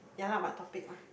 ya lah but topic one